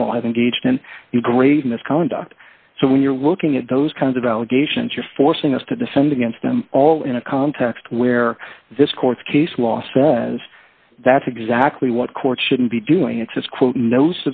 general have engaged in a grave misconduct so when you're looking at those kinds of allegations you're forcing us to defend against them all in a context where this court case law says that's exactly what courts shouldn't be doing it